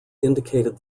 indicated